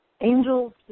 angels